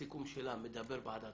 הסיכום שלה מדבר בעד עצמו.